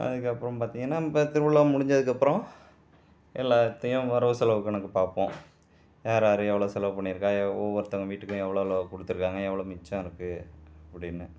அதுக்கப்பறம் பார்த்தீங்கனா இப்போ திருவிழா முடிஞ்சதுக்கு அப்பறம் எல்லாத்தையும் வரவு செலவு கணக்கு பார்ப்போம் யார் யாரு எவ்வளோ செலவு பண்ணிருக்கா எவ் ஒவ்வொருத்தங்க வீட்டுக்கும் எவ்வளோ எவ்வளோ கொடுத்துருக்காங்க எவ்வளோ மிச்சம் இருக்குது அப்படின்னு